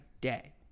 day